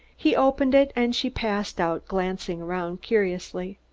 he opened it and she passed out, glancing around curiously.